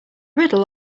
riddle